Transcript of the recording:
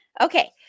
Okay